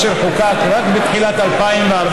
אשר חוקק רק בתחילת 2014,